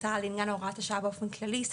ההחלטה על עניין הוראת השעה באופן כללי.